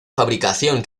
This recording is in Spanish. fabricación